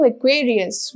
Aquarius